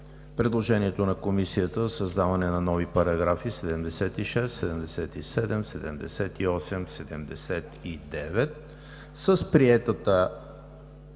предложението на Комисията за създаване на нови параграфи 76, 77, 78 и 79 с приетото